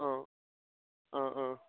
অঁ অঁ অঁ